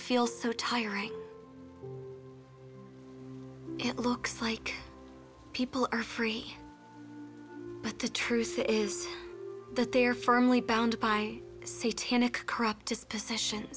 feels so tiring and it looks like people are free but the truth is that they're firmly bound by say ten a correct disposition